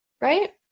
Right